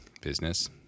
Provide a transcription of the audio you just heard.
business